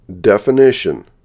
Definition